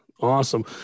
Awesome